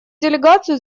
делегацию